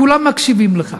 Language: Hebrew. כולם מקשיבים לך.